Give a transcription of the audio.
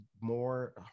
more